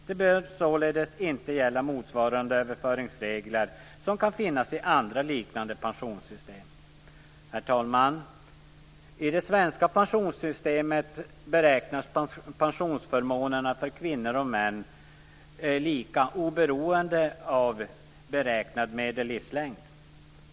Det bör således inte gälla motsvarande överföringsregler som kan finnas i andra liknande pensionssystem. Herr talman! I det svenska pensionssystemet beräknas pensionsförmånerna för kvinnor och män lika oberoende av beräknad medellivslängd.